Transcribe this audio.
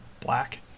black